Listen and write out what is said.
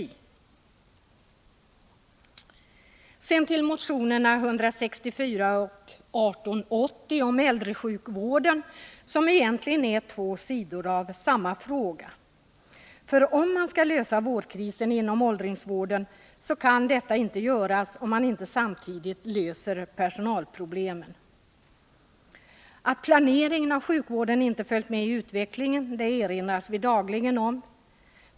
Motionerna 164 och 1880 om äldresjukvården gäller egentligen två sidor av samma fråga, för det går inte att lösa vårdkrisen inom åldringsvården om man inte samtidigt löser personalproblemet. Att planeringen av sjukvården inte följt med i utvecklingen erinras vi dagligen om.